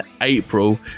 April